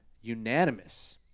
unanimous